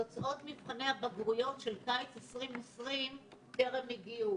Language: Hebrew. תוצאות מבחני הבגרויות של קיץ 2020 טרם הגיעו.